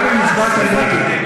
גם אם הצבעת נגד.